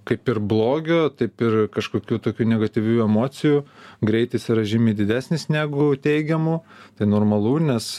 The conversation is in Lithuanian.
kaip ir blogio taip ir kažkokių tokių negatyvių emocijų greitis yra žymiai didesnis negu teigiamų tai normalu nes